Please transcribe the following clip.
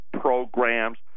programs